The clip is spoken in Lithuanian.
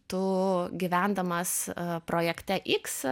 tu gyvendamas projekte x